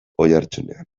oihartzunean